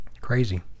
crazy